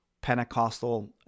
Pentecostal